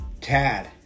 Tad